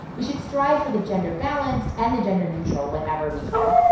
we should strive for the gender-balanced and the gender-neutral whenever we can.